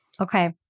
Okay